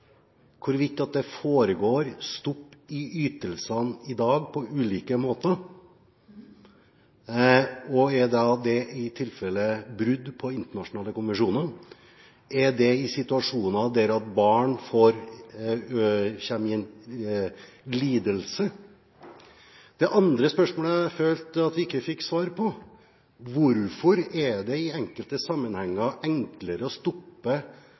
hvorvidt statsråden svarte på to av spørsmålene fra representanten Eriksson. For det første: Er statsråden kjent med at det foregår stopp i ytelsene i dag på ulike måter, og er det i tilfelle brudd på internasjonale konvensjoner – er det situasjoner der barn blir utsatt for lidelse? Og det andre spørsmålet jeg følte at vi ikke fikk svar på: Hvorfor er det i enkelte sammenhenger